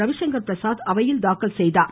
ரவிசங்கர் பிரசாத் அவையில் தாக்கல் செய்தார்